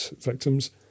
victims